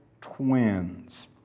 twins